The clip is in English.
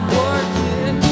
working